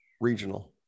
regional